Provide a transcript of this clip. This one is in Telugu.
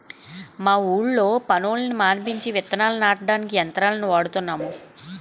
మా ఊళ్ళో పనోళ్ళని మానిపించి విత్తనాల్ని నాటడానికి యంత్రాలను వాడుతున్నాము